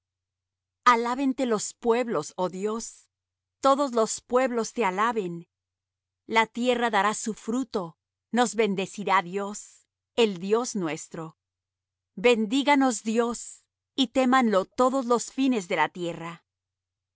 tierra selah alábente los pueblos oh dios todos los pueblos te alaben la tierra dará su fruto nos bendecirá dios el dios nuestro bendíganos dios y témanlo todos los fines de la tierra